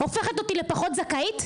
הופכת אותי לפחות זכאית?